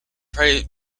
prime